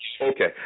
Okay